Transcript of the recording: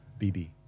BB